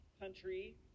country